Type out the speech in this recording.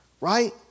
right